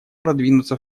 продвинуться